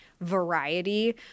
Variety